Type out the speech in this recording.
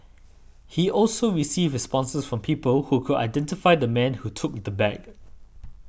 he also received responses from people who could identify the man who took the bag